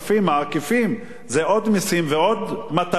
זה עוד מסים ועוד מטלות על האוכלוסייה.